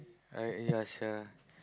I uh ya sia